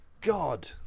God